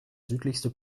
südlichste